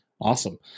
Awesome